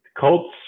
Colts